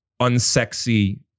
unsexy